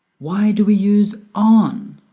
why do we use on?